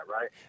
right